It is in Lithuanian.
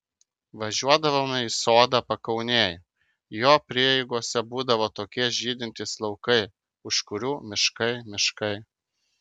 važiuodavome į sodą pakaunėj jo prieigose būdavo tokie žydintys laukai už kurių miškai miškai